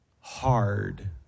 hard